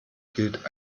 gilt